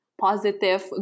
positive